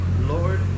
Lord